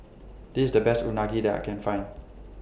This IS The Best Unagi that I Can Find